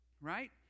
right